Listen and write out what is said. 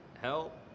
help